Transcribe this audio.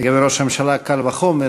לגבי ראש הממשלה קל וחומר,